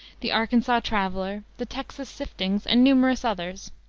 the arkansaw traveller, the texas siftings and numerous others.